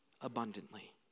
abundantly